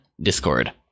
Discord